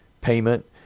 payment